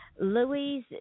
louise